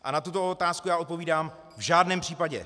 A na tuto otázku já odpovídám: V žádném případě.